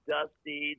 Dusty